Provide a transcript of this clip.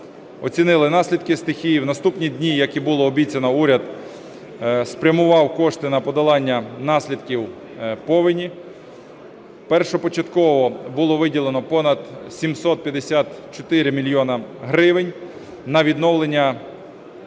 оцінили наслідки стихії. В наступні дні, як і було обіцяно, уряд спрямував кошти на подолання наслідків повені. Першопочатково було виділено понад 754 мільйони гривень на відновлення